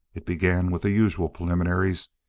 it began with the usual preliminaries,